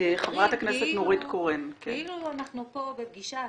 את הדברים כאילו אנחנו פה בפגישה אקדמית.